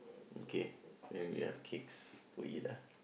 okay and then we have cakes to eat lah